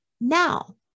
Now